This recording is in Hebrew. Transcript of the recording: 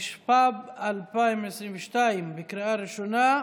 התשפ"ב 2022, לקריאה ראשונה.